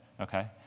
okay